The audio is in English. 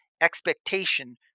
expectation